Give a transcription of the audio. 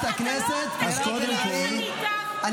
חברת הכנסת מירב בן ארי, הוא עוד לא התחיל לדבר.